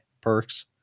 perks